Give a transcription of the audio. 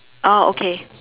oh okay